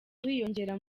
wiyongera